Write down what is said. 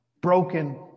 broken